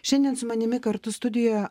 šiandien su manimi kartu studijoje